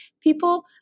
people